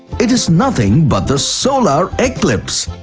it is nothing but the solar eclipse!